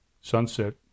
Sunset